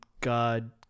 God